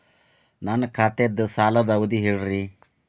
ನನ್ನ ಖಾತಾದ್ದ ಸಾಲದ್ ಅವಧಿ ಹೇಳ್ರಿ